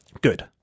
Good